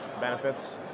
benefits